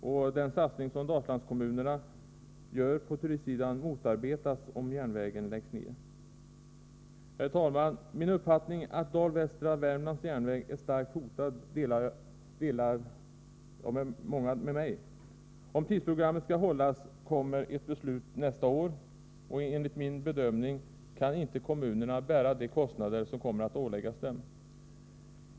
Och den satsning som Dalslandskommunerna gör på turistsidan motarbetas om järnvägen läggs ned. Herr talman! Min uppfattning att Dal-Västra Värmlands järnväg är starkt hotad delas av många. Om tidsprogrammet skall hållas, kommer ett beslut nästa år. Enligt min bedömning kan inte kommunerna bära de kostnader som kommer att åläggas dem.